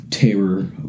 Terror